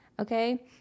Okay